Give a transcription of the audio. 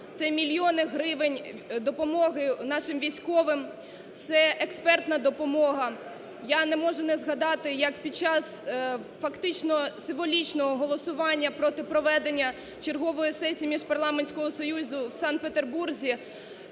це мільйони гривень допомоги нашим військовим, це експертна допомога. Я не можу не згадати як під час фактично символічного голосування проти проведення чергової сесії Міжпарламентського союзу в Санкт-Петербурзі